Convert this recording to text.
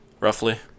roughly